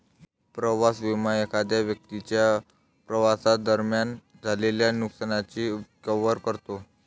प्रवास विमा एखाद्या व्यक्तीच्या प्रवासादरम्यान झालेल्या नुकसानाची कव्हर करतो